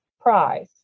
prize